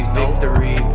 victory